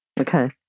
okay